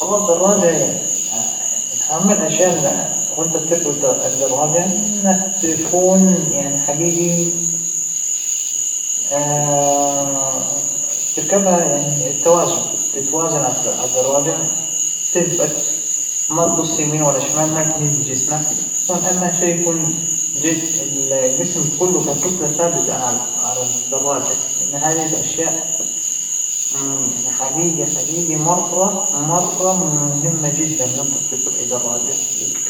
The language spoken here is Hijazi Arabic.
أهم شى بركوب الدراجة هو الإتزان، بالبداية ما راح تكون متمكن منه إنك توزن حالك على الدراجة، لكن بالممارسة تعرف كيف تساوى هادى الشغلة، وإنه ال الإتزان ما بيجى غير مع السرعة، بمعنى كل ما تحركت أكثر وزادت سرعتك كل ما كان الاتزان تبعك على الدراجة أفضل.